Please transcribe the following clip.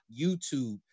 YouTube